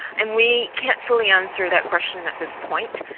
and we can't fully answer that question at this point.